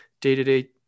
day-to-day